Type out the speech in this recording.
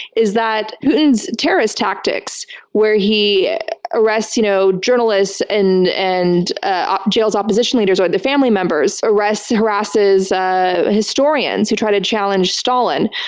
is that putin's terrorist tactics where he arrests you know journalists and and ah ah jails opposition leaders, or the family members, arrests and harasses ah historians who try to challenge stalin,